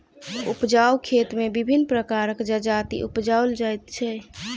उपजाउ खेत मे विभिन्न प्रकारक जजाति उपजाओल जाइत छै